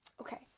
okay